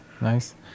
nice